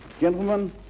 Gentlemen